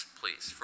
please